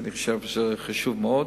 שאני חושב שזה חשוב מאוד,